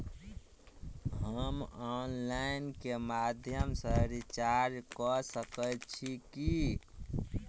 हम ऑनलाइन केँ माध्यम सँ रिचार्ज कऽ सकैत छी की?